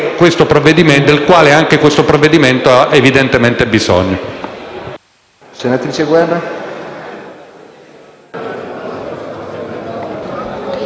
del quale anche questo provvedimento ha evidente bisogno.